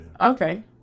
Okay